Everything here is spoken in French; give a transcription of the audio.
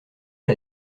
est